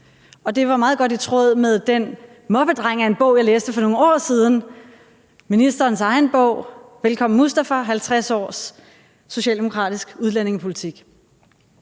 Og det var meget godt i tråd med den moppedreng af en bog, jeg læste for nogle år siden, ministerens egen bog: »Velkommen Mustafa. 50 års socialdemokratisk udlændingepolitik«.